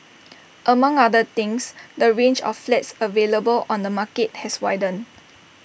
among other things the range of flats available on the market has widened